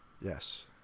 Yes